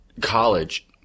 college